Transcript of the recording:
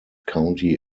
county